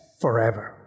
forever